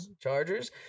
chargers